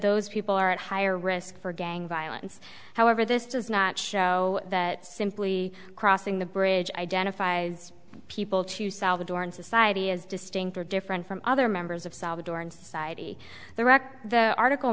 those people are at higher risk for gang violence however this does not show that simply crossing the bridge identifies people to salvadoran society as distinct or different from other members of salvadoran society the record the article